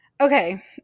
Okay